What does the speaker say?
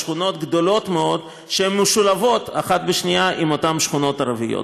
בשכונות גדולות מאוד שמשולבות אחת בשנייה עם אותן שכונות ערביות.